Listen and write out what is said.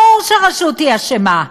ברור שהרשות אשמה.